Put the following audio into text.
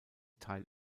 teil